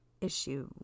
issue